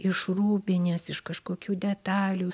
iš rūbinės iš kažkokių detalių